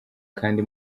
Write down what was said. kandi